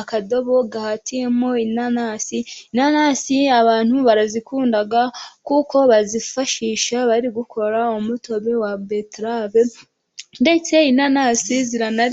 akadobo gahatiyemo inanasi. Inanasi abantu barazikunda kuko bazifashisha bari gukora umutobe wa beterave ndetse inanasi ziranaryoha.